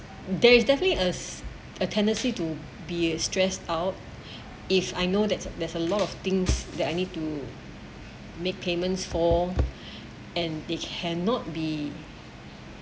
there is definitely as a tendency to be stressed out if I know that there's a lot of things that I need to make payments for and they cannot be